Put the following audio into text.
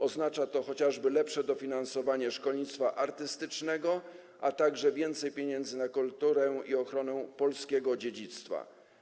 Oznacza to chociażby lepsze dofinansowanie szkolnictwa artystycznego, a także więcej pieniędzy na kulturę i ochronę polskiego dziedzictwa.